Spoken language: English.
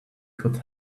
could